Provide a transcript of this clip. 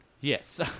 yes